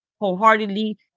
wholeheartedly